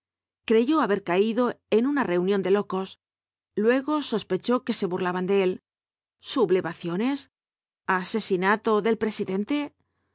creyó haber caído en una reunión de locos luego sospechó que se burlaban de él sublevaciones asesinato del presidente